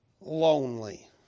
lonely